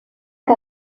que